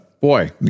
boy